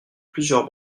plusieurs